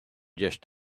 just